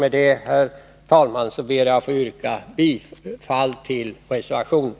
Med detta, herr talman, ber jag att få yrka bifall till reservationen.